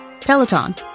Peloton